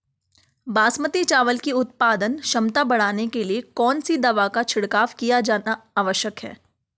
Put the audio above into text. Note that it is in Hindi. बासमती चावल की उत्पादन क्षमता बढ़ाने के लिए कौन सी दवा का छिड़काव किया जाना आवश्यक है?